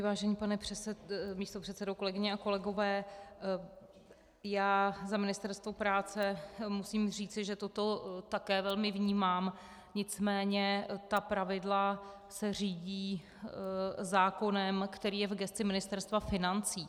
Vážený pane místopředsedo, kolegyně a kolegové, já za Ministerstvo práce musím říci, že toto také velmi vnímám, nicméně ta pravidla se řídí zákonem, který je v gesci Ministerstva financí.